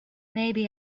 maybe